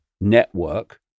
network